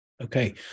Okay